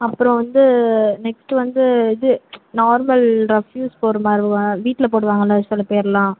அப்புறம் வந்து நெக்ஸ்ட்டு வந்து இது நார்மல் ரஃப் யூஸ் போட்றமாதிரி தான் வீட்டில் போடுவாங்கள்ல சிலப்பேர்லாம்